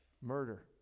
murder